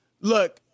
Look